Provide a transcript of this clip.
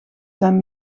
zijn